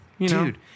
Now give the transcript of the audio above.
Dude